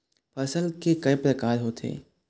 फसल के कय प्रकार होथे?